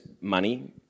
money